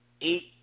eight